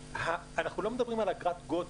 אנחנו לא מדברים על אגרת גודש,